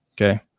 Okay